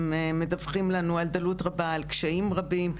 הם מדווחים לנו על דלות רבה, על קשיים רבים.